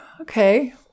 Okay